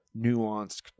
nuanced